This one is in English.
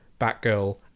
Batgirl